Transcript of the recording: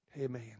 Amen